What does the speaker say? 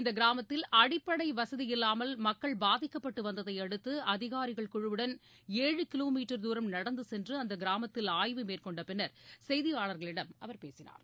இந்த கிராமத்தில் அடிப்படை வசதி இல்லாமல் மக்கள் பாதிக்கப்பட்டு வந்ததையடுத்து அதிகாரிகள் குழுவுடன் ஏழு கிலோ மீட்டர் தூரம் நடந்து சென்று அந்த கிராமத்தில் ஆய்வு மேற்கொண்ட பின்னர் செய்தியாளர்களிடம் அவர் பேசினார்